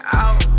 out